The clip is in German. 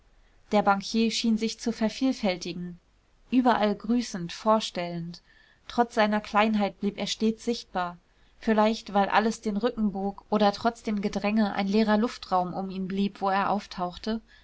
der bankier schien sich zu vervielfältigen überall grüßend vorstellend trotz seiner kleinheit blieb er stets sichtbar vielleicht weil alles den rücken bog oder trotz dem gedränge ein leerer luftraum um ihn blieb wo er auftauchte